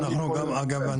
אגב,